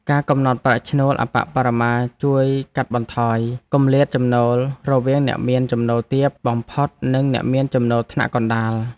ការកំណត់ប្រាក់ឈ្នួលអប្បបរមាជួយកាត់បន្ថយគម្លាតចំណូលរវាងអ្នកមានចំណូលទាបបំផុត និងអ្នកមានចំណូលថ្នាក់កណ្តាល។